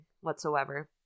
whatsoever